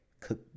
cook